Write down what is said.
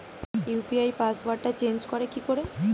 UPI পাসওয়ার্ডটা change করে কি করে?